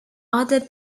other